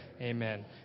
Amen